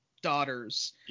daughters